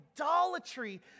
idolatry